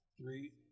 three